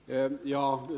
Fru talman!